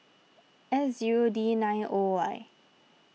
S zero D nine O Y